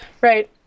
Right